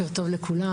לכולם.